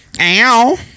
Ow